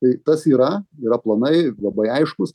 tai tas yra yra planai labai aiškūs